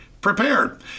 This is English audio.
prepared